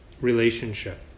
relationship